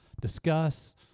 discuss